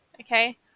Okay